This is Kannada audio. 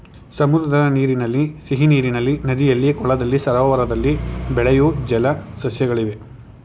ಸಮುದ್ರದ ನೀರಿನಲ್ಲಿ, ಸಿಹಿನೀರಿನಲ್ಲಿ, ನದಿಯಲ್ಲಿ, ಕೊಳದಲ್ಲಿ, ಸರೋವರದಲ್ಲಿ ಬೆಳೆಯೂ ಜಲ ಸಸ್ಯಗಳಿವೆ